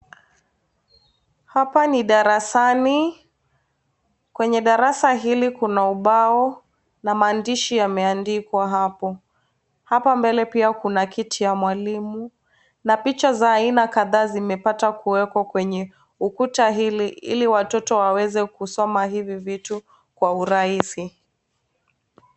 Hapa ni darasani, kwenye darasa hili kuna ubao na maandishi yameandikwa hapo. Hapa mbele pia kuna kiti cha mwalimu na picha za aina kadhaa zimepata kuwekwa kwenye ukuta ili watoto waweze kusoma hivyo vitu kwa urahisi.